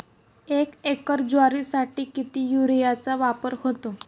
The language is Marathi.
एक एकर ज्वारीसाठी किती युरियाचा वापर होतो?